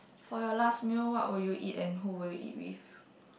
for your last meal what will you eat and who will you eat with